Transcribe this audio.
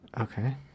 Okay